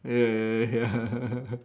ya